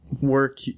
work